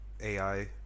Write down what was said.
AI